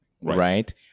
right